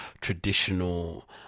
traditional